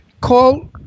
call